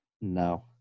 No